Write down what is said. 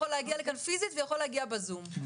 יכול להגיע לכאן פיסית ויכול להגיע בזום,